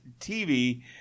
tv